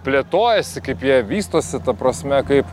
plėtojasi kaip jie vystosi ta prasme kaip